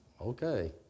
Okay